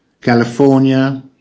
California